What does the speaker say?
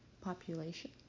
population